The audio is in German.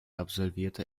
absolvierte